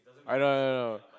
I know know know